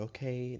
Okay